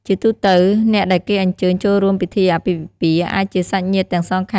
ជាទូទៅ អ្នកដែលគេអញ្ជើញចូលរួមពិធីអាពាហ៍ពិពាហ៍អាចជា សាច់ញាតិទាំងសងខាង អ្នកភូមិ ឬ អ្នកជិតខាង មិត្តភក្តិកូនក្រមុំ និងកូនកម្លោះជាដើម។